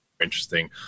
interesting